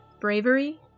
Bravery